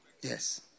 Yes